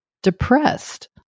Depressed